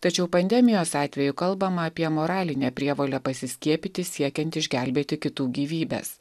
tačiau pandemijos atveju kalbama apie moralinę prievolę pasiskiepyti siekiant išgelbėti kitų gyvybes